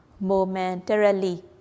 momentarily